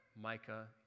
Micah